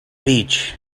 beach